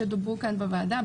שדיברו כאן בוועדה,